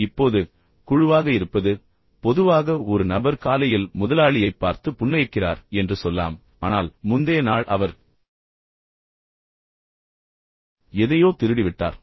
இப்போது குழுவாக இருப்பது பொதுவாக ஒரு நபர் காலையில் முதலாளியைப் பார்த்து புன்னகைக்கிறார் என்று சொல்லலாம் ஆனால் முந்தைய நாள் அவர் எதையோ திருடிவிட்டார்